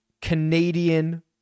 Canadian